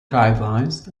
guidelines